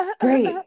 great